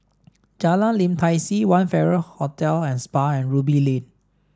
Jalan Lim Tai See One Farrer Hotel and Spa and Ruby Lane